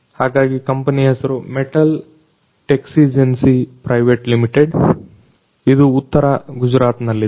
ಹಾಗಾಗಿ ಕಂಪನಿಯ ಹೆಸರು ಮೆಟಲ್ ಟೆಕ್ಸಿಜೆನ್ಸಿ ಪ್ರೈವೇಟ್ ಲಿಮಿಟೆಡ್ ಇದು ಉತ್ತರ ಗುಜರಾತ್ನಲ್ಲಿದೆ